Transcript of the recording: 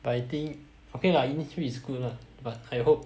I think okay lah Innisfree is good lah but I hope